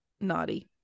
naughty